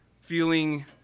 feeling